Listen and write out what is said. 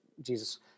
Jesus